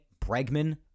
Bregman